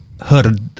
heard